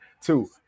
Two